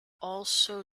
also